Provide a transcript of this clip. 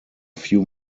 few